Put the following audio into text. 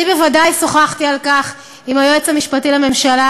אני בוודאי שוחחתי על כך עם היועץ המשפטי לממשלה,